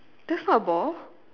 that's not a ball